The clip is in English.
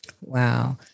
Wow